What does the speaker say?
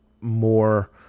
more